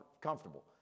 comfortable